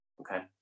Okay